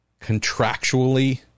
contractually